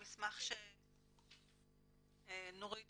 אני ממרכז